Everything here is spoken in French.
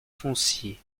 foncier